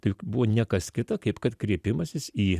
tai juk buvo ne kas kita kaip kad kreipimasis į